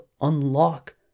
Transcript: unlock